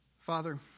Father